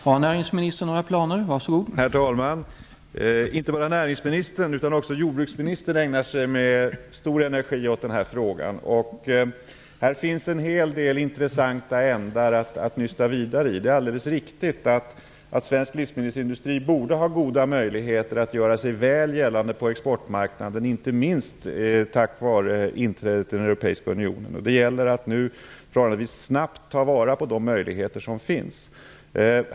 Herr talman! Inte bara näringsministern utan även jordbruksministern ägnar sig med stor energi åt denna fråga. Här finns en hel del intressanta ändar att nysta vidare i. Det är helt riktigt att svensk livsmedelsindustri borde ha goda möjligheter att göra sig väl gällande på exportmarknaden, inte minst tack vare inträdet i den europeiska unionen. Det gäller att nu förhållandevis snabbt ta vara på de möjligheter som finns.